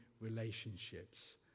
relationships